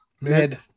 mid